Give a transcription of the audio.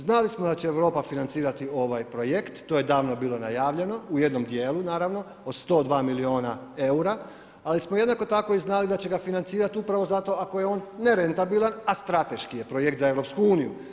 Znali smo da će Europa financira ovaj projekt, to je davno bilo najavljeno u jednom djelu naravno, o 102 milijuna eura, ali smo jednako tako znali i da će ga financirati upravo zato ako je on nerentabilan a strateški je projekt za EU.